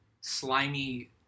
slimy